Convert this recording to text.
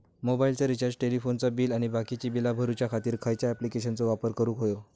मोबाईलाचा रिचार्ज टेलिफोनाचा बिल आणि बाकीची बिला भरूच्या खातीर खयच्या ॲप्लिकेशनाचो वापर करूक होयो?